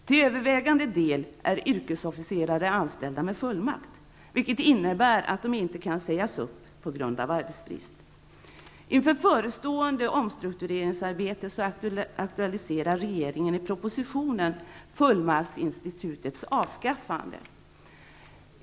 Till övervägande del är yrkesofficerare anställda med fullmakt, vilket innebär att de inte kan sägas upp på grund av arbetsbrist. Inför förestående omstruktureringsarbete aktualiserar regeringen i propositionen fullmaktsinstitutets avskaffande.